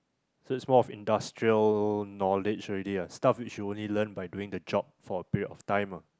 so is more of industrial knowledge already ah stuff which you only learn by doing the job for a period of time ah